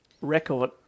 record